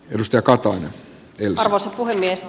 minusta kattoon yltävänsä puhemies